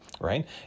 right